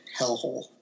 hellhole